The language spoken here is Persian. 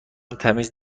تمیز